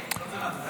זה מעניין.